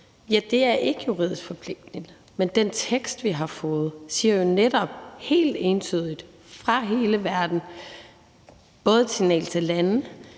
– ikke er juridisk forpligtende. Men den tekst, vi har fået, sender jo netop helt entydigt et signal fra hele verdens side både til landene